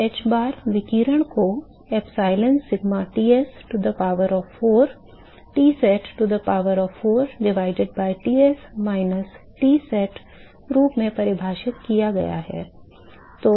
तो hbar विकिरण को epsilon sigma Ts to the power of 4 Tsat to the power of 4 divided by Ts minus Tsat के रूप में परिभाषित किया गया है